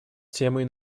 темой